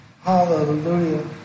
Hallelujah